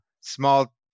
small